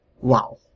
Wow